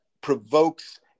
provokes